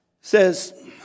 says